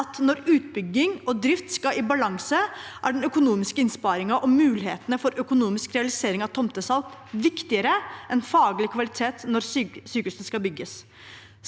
fordi utbygging og drift skal i balanse, er den økonomiske innsparingen og mulighetene for økonomisk realisering av tomtesalg viktigere enn faglig kvalitet når sykehusene skal bygges.